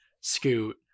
Scoot